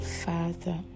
Father